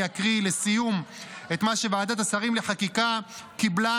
אני אקריא לסיום את מה שוועדת השרים לחקיקה קיבלה: